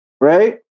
Right